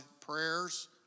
prayers